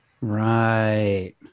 Right